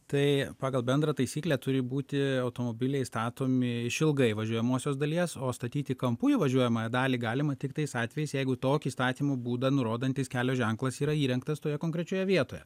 tai pagal bendrą taisyklę turi būti automobiliai statomi išilgai važiuojamosios dalies o statyti kampu į važiuojamąją dalį galima tik tais atvejais jeigu tokį statymo būdą nurodantis kelio ženklas yra įrengtas toje konkrečioje vietoje